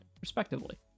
respectively